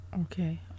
okay